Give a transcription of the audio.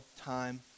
time